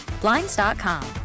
Blinds.com